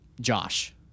Josh